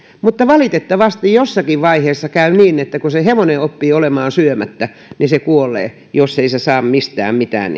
mutta valitettavasti jossakin vaiheessa käy niin että kun se hevonen oppii olemaan syömättä niin se kuolee jos ei se saa mistään mitään